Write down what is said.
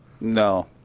No